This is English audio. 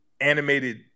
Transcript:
animated